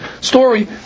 Story